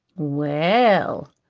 well,